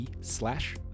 slash